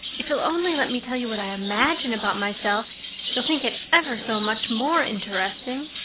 if you'll only let me tell you what i imagine about myself you'll think it ever so much more interesting.